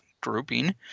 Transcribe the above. grouping